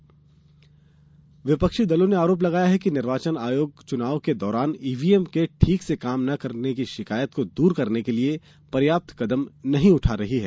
EVM शिकायत विपक्षी दलों ने आरोप लगाया है कि निर्वाचन आयोग चुनाव के दौरान ईवीएम के ठीक से काम न करने की शिकायत को दूर करने के लिए पर्याप्त कदम नही उठा रहा है